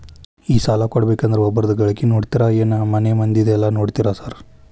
ಈ ಸಾಲ ಕೊಡ್ಬೇಕಂದ್ರೆ ಒಬ್ರದ ಗಳಿಕೆ ನೋಡ್ತೇರಾ ಏನ್ ಮನೆ ಮಂದಿದೆಲ್ಲ ನೋಡ್ತೇರಾ ಸಾರ್?